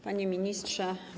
Panie Ministrze!